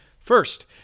First